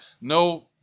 no